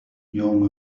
يوم